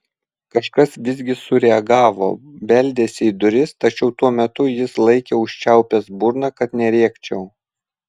kažkas visgi sureagavo beldėsi į duris tačiau tuo metu jis laikė užčiaupęs burną kad nerėkčiau